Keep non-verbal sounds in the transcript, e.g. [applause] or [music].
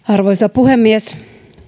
[unintelligible] arvoisa puhemies